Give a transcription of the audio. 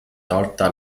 tolta